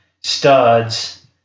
studs